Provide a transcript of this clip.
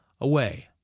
Away